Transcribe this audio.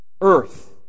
earth